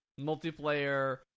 multiplayer